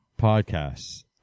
podcasts